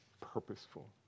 purposeful